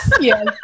Yes